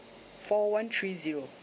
four one three zero